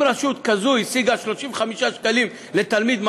אם רשות כזו השיגה 35 שקלים לתלמיד,